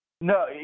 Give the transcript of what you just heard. No